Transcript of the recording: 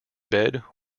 bed